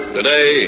Today